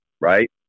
Right